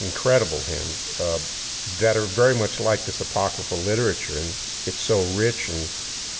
incredible hymns that are very much like this apocryphal literature. and it's so rich and